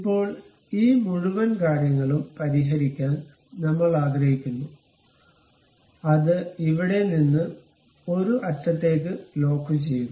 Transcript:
ഇപ്പോൾ ഈ മുഴുവൻ കാര്യങ്ങളും പരിഹരിക്കാൻ നമ്മൾ ആഗ്രഹിക്കുന്നു അത് ഇവിടെ നിന്ന് ഒരു അറ്റത്തേക്ക് ലോക്കുചെയ്യുക